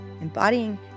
embodying